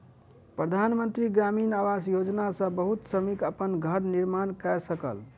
प्रधान मंत्री ग्रामीण आवास योजना सॅ बहुत श्रमिक अपन घर निर्माण कय सकल